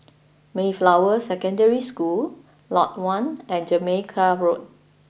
Mayflower Secondary School Lot One and Jamaica Road